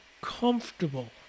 comfortable